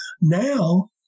Now